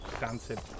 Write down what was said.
Dancing